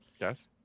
Yes